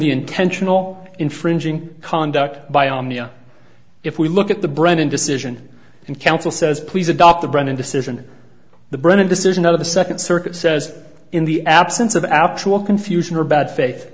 the intentional infringing conduct by omnia if we look at the brennan decision and council says please adopt the brennan decision the brennan decision of the second circuit says in the absence of actual confusion or bad fa